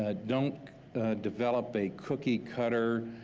ah don't develop a cookie cutter,